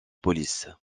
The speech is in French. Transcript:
police